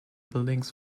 buildings